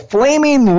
Flaming